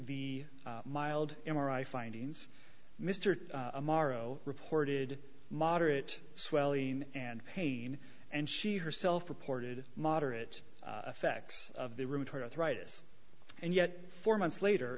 the mild m r i findings mr morrow reported moderate swelling and pain and she herself reported moderate effects of the rheumatoid arthritis and yet four months later